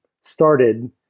started